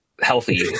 healthy